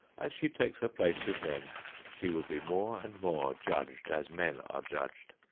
as she takes her place with men she will be more and more judged as men are judged,